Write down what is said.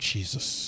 Jesus